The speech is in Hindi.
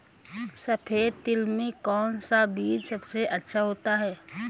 सफेद तिल में कौन सा बीज सबसे अच्छा होता है?